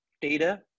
data